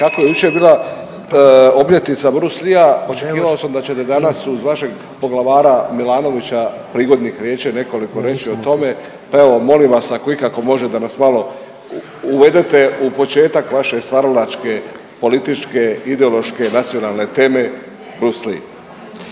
kako je jučer bila obljetnica Bruce Leea očekivao sam da ćete danas uz vašeg poglavara Milanovića prigodnih riječi nekoliko reći o tome, pa evo molim vas ako ikako možete da nas malo uvedete u početak vaše stvaralačke, političke, ideološke, nacionalne teme Bruce